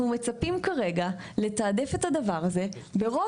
שאנחנו מצפים לתעדף את הדבר הזה בראש